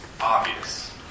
obvious